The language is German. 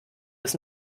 das